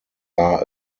are